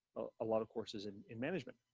a lot of courses and in management,